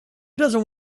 doesn’t